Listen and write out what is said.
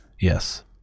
Yes